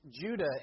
Judah